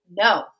no